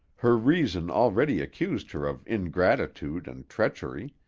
her reason already accused her of ingratitude and treachery,